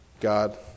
God